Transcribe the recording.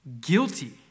guilty